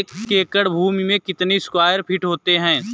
एक एकड़ भूमि में कितने स्क्वायर फिट होते हैं?